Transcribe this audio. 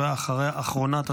ואחריה אחרונת הדוברות,